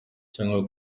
cyangwa